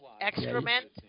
Excrement